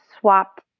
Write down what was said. swapped